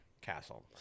Castle